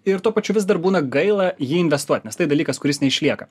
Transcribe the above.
ir tuo pačiu vis dar būna gaila jį investuot nes tai dalykas kuris neišlieka